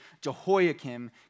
Jehoiakim